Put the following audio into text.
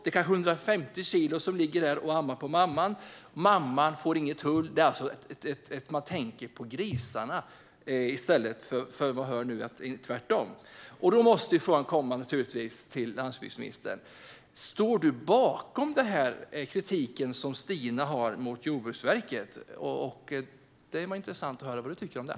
Det kan vara 150 kilo som ligger och ammar på mamman, som inte får något hull. Man tänker alltså på grisarna, inte tvärtom. Då måste naturligtvis frågan till landsbygdsministern bli: Står du bakom den kritik som Stina Bergström har mot Jordbruksverket? Det vore intressant att höra vad du tycker om det.